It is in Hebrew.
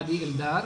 עדי אלדר,